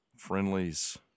Friendlies